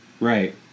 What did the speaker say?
Right